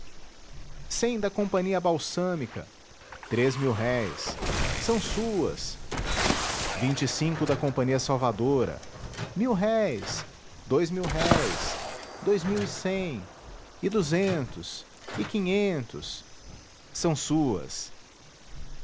cem da companhia balsâmica três mil-réis são suas vinte e cinco da companhia salvadora mil-réis dous mil-réis dous mil e cem e duzentos e quinhentos são suas